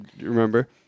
remember